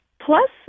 Plus